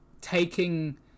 taking